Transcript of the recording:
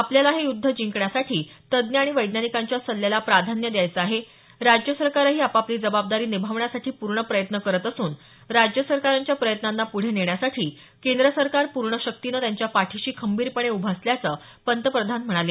आपल्याला हे युद्ध जिंकण्यासाठी तज्ञ आणि वैज्ञानिकांच्या सल्ल्याला प्राधान्य द्यायचं आहे राज्य सरकारंही आपापली जबाबदारी निभावण्यासाठी पूर्ण प्रयत्न करत असून राज्य सरकारांच्या प्रयत्नांना पुढे नेण्यासाठी केंद्र सरकार पूर्ण शक्तीनं त्यांच्या पाठिशी खंबीरपणे उभं असल्याचं पंतप्रधान म्हणाले